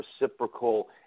reciprocal